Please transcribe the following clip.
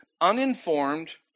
uninformed